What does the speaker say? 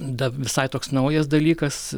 da visai toks naujas dalykas